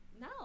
No